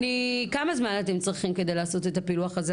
כמה זמן אתם צריכים כדי לעשות את הפילוח הזה,